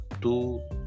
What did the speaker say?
two